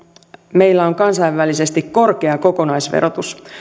meillä on kansainvälisesti korkea kokonaisverotus